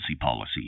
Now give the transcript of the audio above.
policy